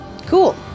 Cool